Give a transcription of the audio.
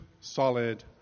solid